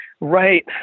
right